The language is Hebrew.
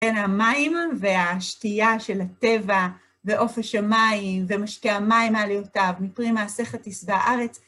אין המים והשטייה של הטבע ואופן שמיים ומשקע המים מעליותיו, מקרים מהסכתיס בארץ.